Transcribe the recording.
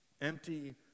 empty